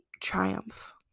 triumph